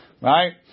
Right